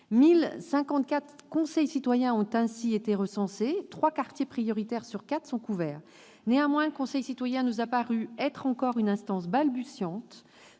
1 054 conseils citoyens ont été recensés et trois quartiers prioritaires sur quatre sont couverts. Néanmoins, le conseil citoyen nous a paru être encore une instance balbutiante.